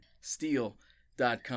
steel.com